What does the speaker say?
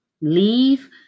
leave